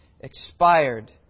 Expired